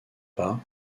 pas